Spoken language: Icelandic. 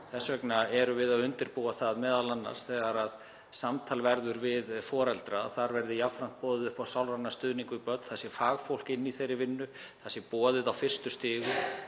þess vegna erum við að undirbúa það, m.a. þegar samtal verður við foreldra, að þar verði jafnframt boðið upp á sálrænan stuðning við börn, það sé fagfólk í þeirri vinnu, það sé boðið á fyrstu stigum.